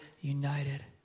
united